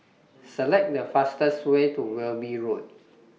Select The fastest Way to Wilby Road